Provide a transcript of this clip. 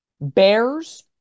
Bears